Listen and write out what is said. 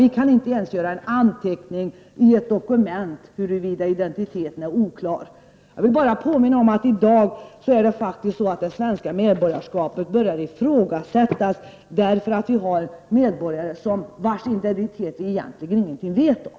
Vi kan nu inte ens göra en anteckning i ett dokument huruvida identiteten är oklar. Jag vill påpeka att man i dag börjar ifrågasätta svenskt medborgarskap, därför att vi har medborgare vilkas identitet vi egentligen inte vet någonting om.